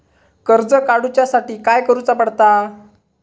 कर्ज काडूच्या साठी काय करुचा पडता?